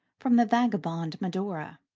from the vagabond medora.